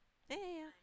ya ya ya